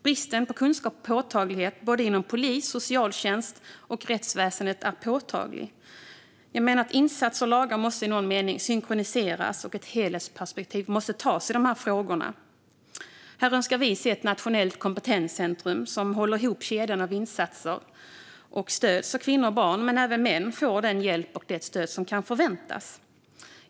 Bristen på kunskap inom både polis, socialtjänst och rättsväsen är påtaglig. Insatser och lagar måste i någon mening synkroniseras, och ett helhetsperspektiv måste tas i de här frågorna. Här önskar vi se ett nationellt kompetenscentrum som håller ihop kedjan av insatser och stöd så att kvinnor och barn, men även män, får den hjälp och det stöd som kan förväntas.